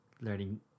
learning